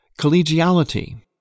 Collegiality